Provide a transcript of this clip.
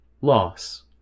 Loss